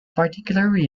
particularly